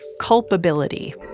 Culpability